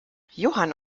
johann